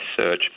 search